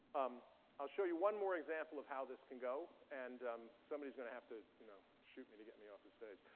um i'll show you one more example of how this can go. and somebody's going to have to you know shoot me to get me off the stage.